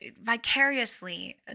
vicariously